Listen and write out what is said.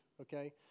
Okay